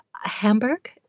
Hamburg